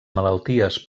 malalties